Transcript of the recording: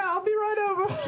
ah i'll be right over.